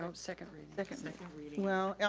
um second reading. second second reading. well,